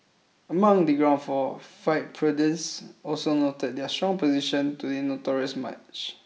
among the ground for fight pundits also noted their strong opposition to the notorious match